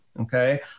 Okay